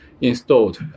installed